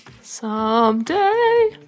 Someday